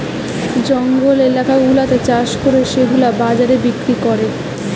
জঙ্গল এলাকা গুলাতে চাষ করে সেগুলা বাজারে বিক্রি করে